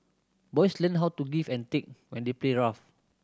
boys learn how to give and take when they play rough